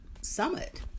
Summit